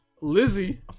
Lizzie